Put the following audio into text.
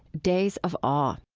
days of awe.